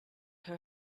her